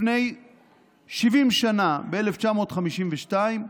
לפני 70 שנה, ב-1952,